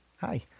Hi